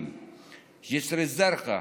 ג'סר א-זרקא,